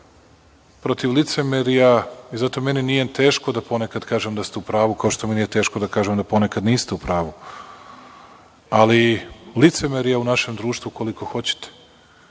protiv licemerja, i zato meni nije teško da ponekad kažem da ste u pravu, kao što mi nije teško da kažem da ponekad niste u pravu, ali licemerja je u našem društvu koliko hoćete.